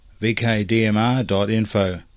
vkdmr.info